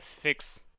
fix